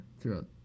throughout